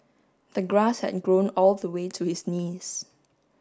the grass had grown all the way to his knees